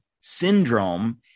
Syndrome